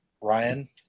Ryan